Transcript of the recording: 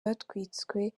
batwitswe